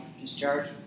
discharge